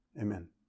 Amen